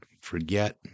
Forget